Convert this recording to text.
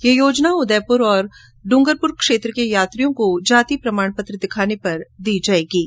यह योजना उदयपुर और डूंगरपुर क्षेत्र के यात्रियों को जाति प्रमाण पत्र दिखाने पर दी जा रही है